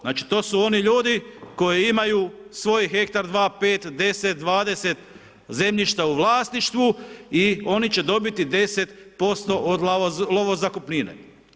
Znači to su oni ljudi koji imaju svoj hektar, 2, 5, 10, 20 zemljišta u vlasništvu i oni će dobiti 10% od lovo zakupnine.